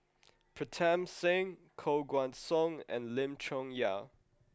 Pritam Singh Koh Guan Song and Lim Chong Yah